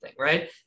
right